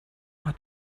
hat